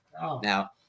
Now